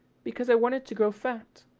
because i wanted to grow fat.